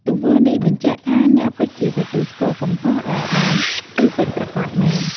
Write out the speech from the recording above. ទង្វើនេះបញ្ជាក់ថាអ្នកពិតជាទទួលស្គាល់កំហុសដែលបានធ្វើពិតប្រាកដមែន។